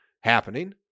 happening